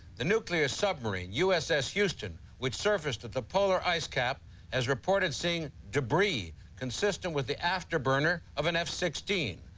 the nuclear submarine, u s s. houston which surfaced at the polar ice cap has reported seeing debris consistent with the afterburner of an f sixteen.